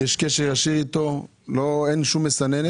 יש קשר ישיר איתו, ואין שום מסננת.